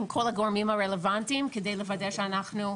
עם כל הגורמים הרלוונטיים כדי לוודא שאנחנו,